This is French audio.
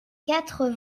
quatre